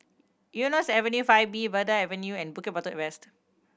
Eunos Avenue Five B Verde Avenue and Bukit Batok West